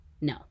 No